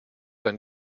dann